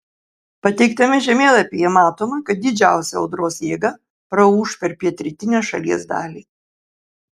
pateiktame žemėlapyje matoma kad didžiausia audros jėga praūš per pietrytinę šalies dalį